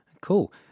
Cool